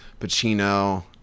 Pacino